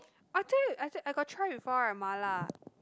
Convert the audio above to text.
I told you I t~ I got try before right mala